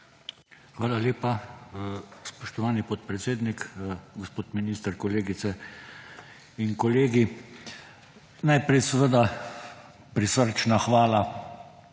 Hvala lepa, spoštovani podpredsednik. Gospod minister, kolegice in kolegi! Najprej prisrčna hvala